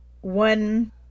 one